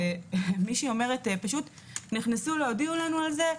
מישהי אומרת: נכנסו להודיע לנו על זה,